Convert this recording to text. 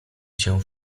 się